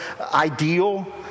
ideal